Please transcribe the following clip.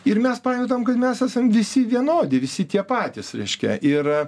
ir mes pajuntam kad mes esam visi vienodi visi tie patys reiškia ir